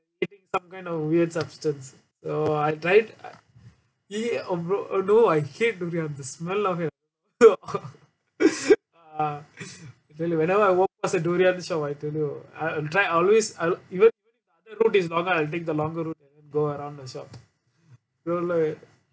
like some kind of weird substance oh I tried !ee! oh bro oh no I hate durian the smell of it ah whenever I walk past a durian shop I tell you I I'll try always I'll even the other road is longer I'll take the longer road and then go around the shop no leh